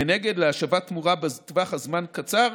מנגד, להשבת תמורה בטווח זמן קצר